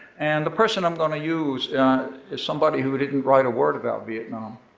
and the person i'm gonna use is somebody who didn't write a word about vietnam.